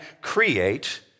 create